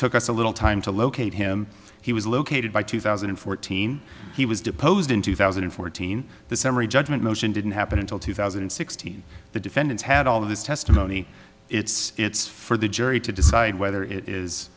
took us a little time to locate him he was located by two thousand and fourteen he was deposed in two thousand and fourteen the summary judgment motion didn't happen until two thousand and sixteen the defendants had all of this testimony it's its for the jury to decide whether it is